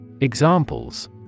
Examples